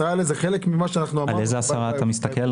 על איזה 10 אתה מסתכל?